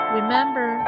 Remember